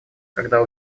когда